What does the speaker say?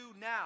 now